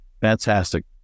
Fantastic